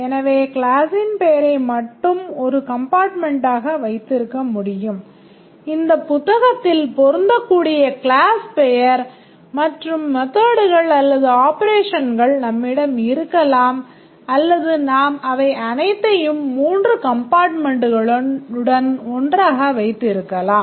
எனவே கிளாஸ்ஸின் பெயரை மட்டும் ஒரு compartmentஆக வைத்திருக்க முடியும் இந்த புத்தகத்தில் பொருந்தக்கூடிய கிளாஸ் பெயர் மற்றும் methods அல்லது ஆப்பரேஷன்ஸ் நம்மிடம் இருக்கலாம் அல்லது நாம் அவை அனைத்தையும் மூன்று compartmentகளுடன் ஒன்றாக வைத்திருக்கலாம்